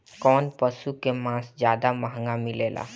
कौन पशु के मांस ज्यादा महंगा मिलेला?